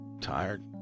Tired